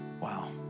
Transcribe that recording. Wow